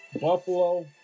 Buffalo